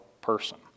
person